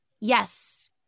Yes